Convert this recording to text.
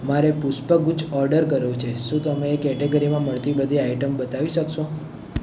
મારે પુષ્પગુચ્છ ઓડર કરવું છે શું તમે એ કેટેગરીમાં મળતી બધી આઇટમ બતાવી શકશો